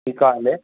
ठीकु आहे हले